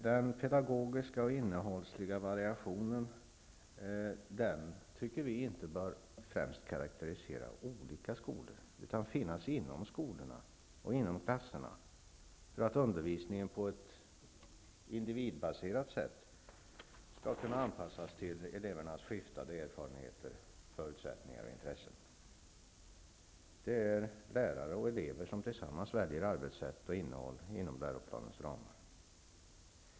Den pedagogiska och innehållsliga variationen tycker vi inte främst bör karakterisera olika skolor, utan den skall finnas inom klasserna och inom skolorna för att en individbaserad undervisning skall kunna anpassas till elevernas skiftande erfarenheter, förutsättningar och intressen. Lärare och elever skall tillsammans välja arbetssätt och innehåll inom läroplanens ramar.